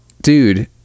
dude